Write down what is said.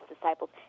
disciples